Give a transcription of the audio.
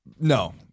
No